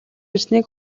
ирснийг